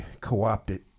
co-opted